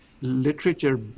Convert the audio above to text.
literature